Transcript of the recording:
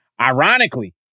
Ironically